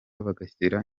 bagashyira